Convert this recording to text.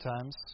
times